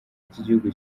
ryigihugu